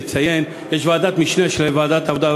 לציין שיש ועדת משנה של ועדת העבודה,